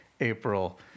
april